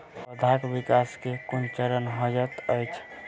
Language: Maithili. पौधाक विकास केँ केँ कुन चरण हएत अछि?